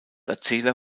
erzähler